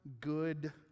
good